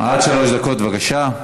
עזריה, עד שלוש דקות, בבקשה.